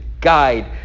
guide